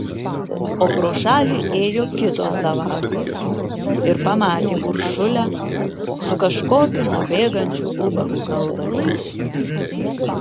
o pro šalį ėjo kitos davatkos ir pamatė uršulę su kažkokiu nubėgančiu ubagu kalbantis